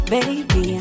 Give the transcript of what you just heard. Baby